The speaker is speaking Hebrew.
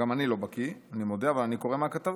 גם אני לא בקי, אני מודה, אבל אני קורא מהכתבה.